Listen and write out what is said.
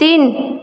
তিন